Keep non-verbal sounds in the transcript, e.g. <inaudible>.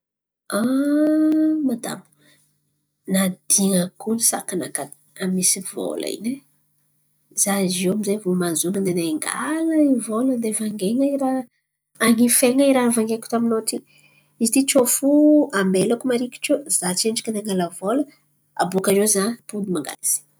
<hesitation> Madamo nadinako kony sakanakà misy vôla in̈y e. Za ziô amy izay mahazo honon̈o na- nandeha angala vôla andeha vangain̈a raha. Han̈ifan̈a raha nivangaiko taminô ity, izy ity tsô fo ambelako marikitsy iô. Za tsendriky andeha angala vôla, bakaiô za mimpody mangala izy.